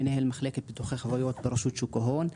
מנהל מחלקת ביטוח חברות ברשות שוק ההון.